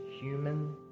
human